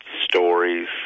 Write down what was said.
stories